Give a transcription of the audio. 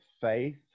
faith